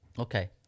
Okay